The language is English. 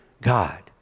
God